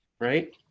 right